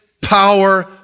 power